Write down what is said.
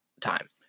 time